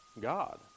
God